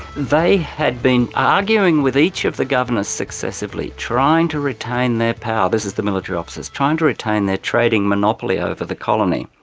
they had been arguing with each of the governors successfully, trying to retain their power, this is the military officers, trying to retain their trading monopoly over the colony.